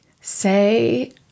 say